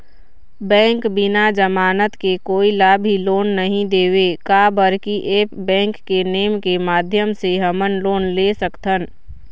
Bank बिना जमानत के कोई ला भी लोन नहीं देवे का बर की ऐप बैंक के नेम के माध्यम से हमन लोन ले सकथन?